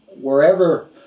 wherever